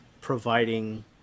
providing